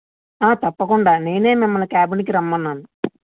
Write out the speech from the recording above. తప్పకుండా నేనే మిమ్మల్ని క్యాబిన్ కి రమ్మన్నాను